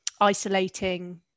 isolating